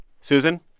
Susan